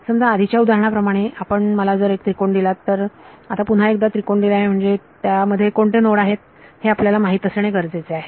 समजा आधीच्या उदाहरणा प्रमाणे आपण मला जर एक त्रिकोण दिलात तर आता पुन्हा एकदा त्रिकोण दिला आहे तर त्या मध्ये कोणते नोड आहेत हे आपल्याला माहीत असणे गरजेचे आहे